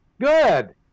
Good